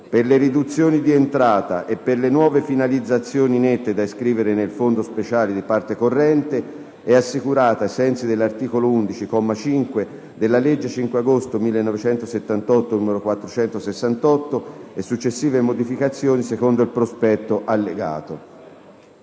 per le riduzioni di entrata e per le nuove finalizzazioni nette da iscrivere nel fondo speciale di parte corrente è assicurata, ai sensi dell'articolo 11, comma 5, della legge 5 agosto 1978, n. 468, e successive modificazioni, secondo il prospetto allegato."».